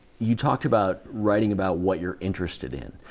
you talked about writing about what you're interested in.